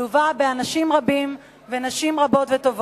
שליוותה את החוק ממש כמוני מתחילתו ועד היום.